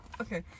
okay